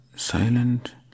Silent